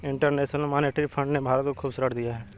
international monetary fund ने भारत को खूब ऋण दिया है